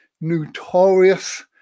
notorious